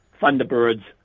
Thunderbirds